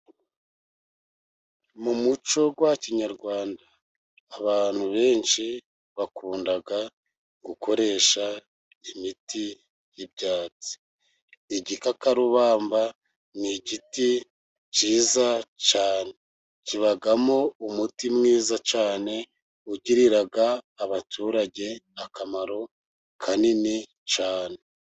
Mu muco wa kinyarwanda abantu benshi bakunda gukoresha imiti y'ibyatsi. Igikakarubamba ni igiti cyiza cyane. Kibamo umuti mwiza cyane, ugirira abaturage akamaro kanini cyane.